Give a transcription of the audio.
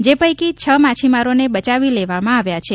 જે પૈકી છ માછીમારોને બચાવી લેવામાં આવ્યા છે